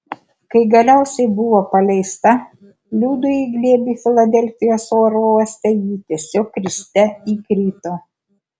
kai galiausiai buvo paleista liudui į glėbį filadelfijos oro uoste ji tiesiog kriste įkrito